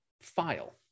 file